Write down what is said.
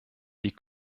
die